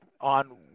on